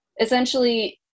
essentially